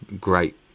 great